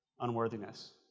Unworthiness